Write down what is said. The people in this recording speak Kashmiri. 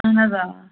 اَہَن حظ آ